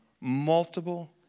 multiple